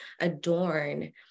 adorn